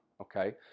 okay